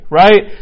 right